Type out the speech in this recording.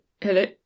Hello